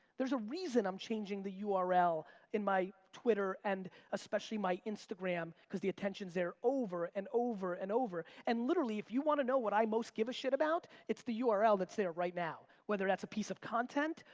there's a reason i'm changing the ah url in my twitter and especially my instagram, cause the attention's there over and over and over. and literally, if you want to know what i most give a shit about, it's the url that's there right now, whether that's a piece of content,